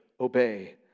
obey